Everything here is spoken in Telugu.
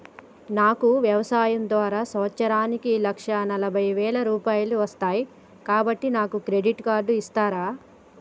నాకు వ్యవసాయం ద్వారా సంవత్సరానికి లక్ష నలభై వేల రూపాయలు వస్తయ్, కాబట్టి నాకు క్రెడిట్ కార్డ్ ఇస్తరా?